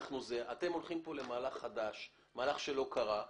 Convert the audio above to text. אתם הולכים פה למהלך חדש, למהלך שלא קרה.